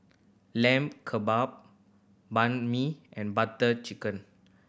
Lamb Kebab Banh Mi and Butter Chicken